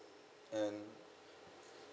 and